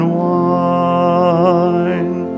wine